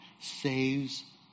saves